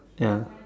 ya